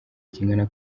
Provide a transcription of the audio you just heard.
kingana